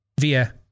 via